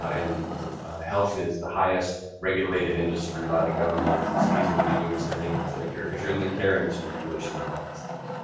ah you know health is the highest regulated industry by the government. and so he's going to be doing some things that, if you're if you're in the care industry, you really should know about these things.